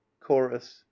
chorus